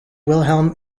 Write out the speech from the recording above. wilhelm